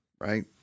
right